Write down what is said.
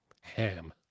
Ham